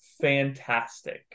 fantastic